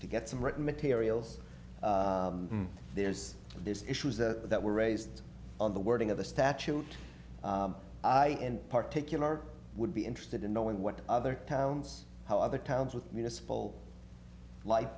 to get some written materials there's there's issues that that were raised on the wording of the statute and particularly would be interested in knowing what other towns how other towns with